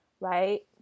right